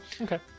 okay